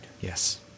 Yes